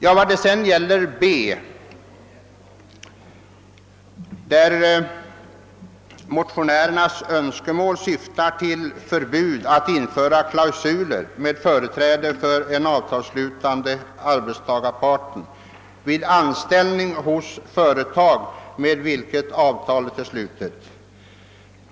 När det sedan gäller avsnittet .B syftar motionärernas önskemål till ett förbud mot klausuler som ger företräde för en viss avtalsslutande arbetstagarpart vid anställning hos företag med vilket avtalet är slutet.